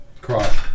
Cross